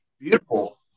Beautiful